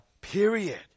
period